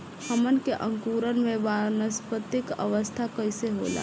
हमन के अंकुरण में वानस्पतिक अवस्था कइसे होला?